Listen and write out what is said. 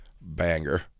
Banger